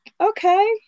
okay